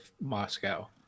Moscow